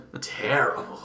terrible